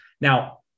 Now